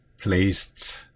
placed